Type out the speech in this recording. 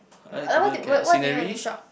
like what do you what do you like to shop